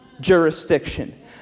jurisdiction